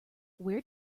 where